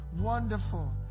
Wonderful